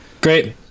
Great